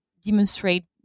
demonstrate